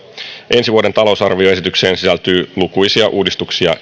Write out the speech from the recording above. ensi vuoden talousarvioesitykseen sisältyy lukuisia uudistuksia